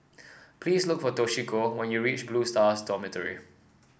please look for Toshiko when you reach Blue Stars Dormitory